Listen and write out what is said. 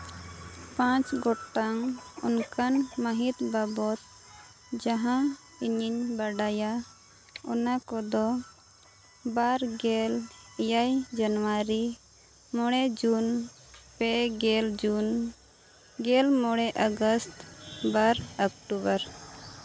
ᱯᱟᱸᱪ ᱜᱚᱴᱟᱝ ᱚᱱᱠᱟᱱ ᱢᱟᱹᱦᱤᱛ ᱵᱟᱵᱚᱫ ᱡᱟᱦᱟᱸ ᱤᱧᱤᱧ ᱵᱟᱰᱟᱭᱟ ᱚᱱᱟ ᱠᱚᱫᱚ ᱵᱟᱨ ᱜᱮᱞ ᱮᱭᱟᱭ ᱡᱟᱱᱩᱣᱟᱨᱤ ᱢᱚᱬᱮ ᱡᱩᱱ ᱯᱮ ᱜᱮᱞ ᱡᱩᱱ ᱜᱮᱞ ᱢᱚᱬᱮ ᱟᱜᱚᱥᱴ ᱵᱟᱨ ᱚᱠᱴᱳᱵᱚᱨ